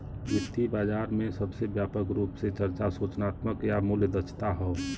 वित्तीय बाजार में सबसे व्यापक रूप से चर्चा सूचनात्मक या मूल्य दक्षता हौ